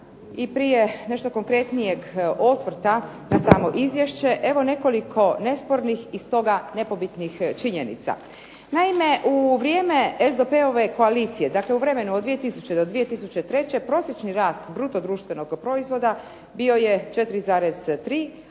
i prije nešto konkretnijeg osvrta na samo izvješće evo nekoliko nespornih i stoga nepobitnih činjenica. Naime, u vrijeme SDP-ove koalicije, dakle u vremenu od 2000. do 2003. prosječni rast bruto društvenog proizvoda bio je 4,3